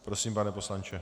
Prosím, pane poslanče.